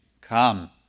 come